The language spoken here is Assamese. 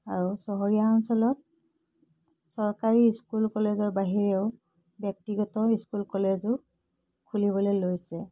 আৰু চহৰীয়া অঞ্চলত চৰকাৰী স্কুল কলেজৰ বাহিৰেও ব্যক্তিগত স্কুল কলেজো খুলিবলৈ লৈছে